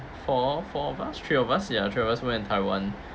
four four of us three of us ya three of us went to taiwan